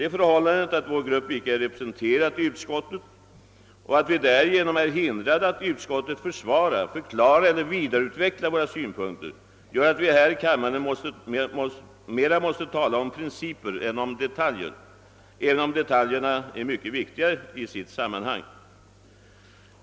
Det förhållandet att vår grupp icke är representerad i utskottet och att vi därigenom är hindrade att i utskottet försvara, förklara eller vidareutveckla våra synpunkter, gör att vi här i kammaren mera måste tala om principer än om detaljer, även om detaljerna är mycket viktiga i sitt sammanhang.